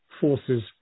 forces